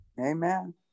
Amen